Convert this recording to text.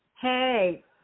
Hey